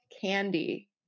candy